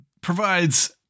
provides